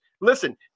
listen